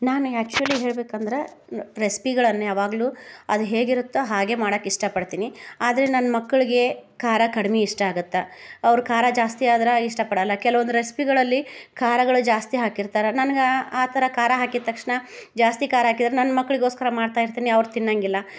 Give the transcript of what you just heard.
ನಾನು ಆ್ಯಕ್ಚುಲಿ ಹೇಳ್ಬೇಕಂದ್ರೆ ರೆಸ್ಪಿಗಳನ್ನು ಯಾವಾಗಲೂ ಅದು ಹೇಗಿರುತ್ತೊ ಹಾಗೇ ಮಾಡಕ್ಕೆ ಇಷ್ಟಪಡ್ತೀನಿ ಆದರೆ ನನ್ನ ಮಕ್ಕಳಿಗೆ ಖಾರ ಕಡ್ಮೆ ಇಷ್ಟ ಆಗುತ್ತೆ ಅವ್ರು ಖಾರ ಜಾಸ್ತಿ ಆದ್ರೆ ಇಷ್ಟ ಪಡಲ್ಲ ಕೆಲ್ವೊಂದು ರೆಸ್ಪಿಗಳಲ್ಲಿ ಖಾರಗಳು ಜಾಸ್ತಿ ಹಾಕಿರ್ತಾರೆ ನನ್ಗೆ ಆ ಥರ ಖಾರ ಹಾಕಿದ ತಕ್ಷಣ ಜಾಸ್ತಿ ಖಾರ ಹಾಕಿದ್ರೆ ನನ್ನ ಮಕ್ಕಳಿಗೋಸ್ಕರ ಮಾಡ್ತಾ ಇರ್ತೀನಿ ಅವ್ರು ತಿನ್ನೋಂಗಿಲ್ಲ